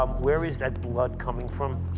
um where is that blood coming from?